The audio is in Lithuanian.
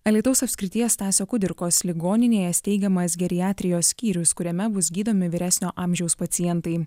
alytaus apskrities stasio kudirkos ligoninėje steigiamas geriatrijos skyrius kuriame bus gydomi vyresnio amžiaus pacientai